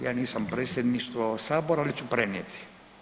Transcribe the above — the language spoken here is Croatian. Ja nisam Predsjedništvo Sabora, ali ću prenijeti.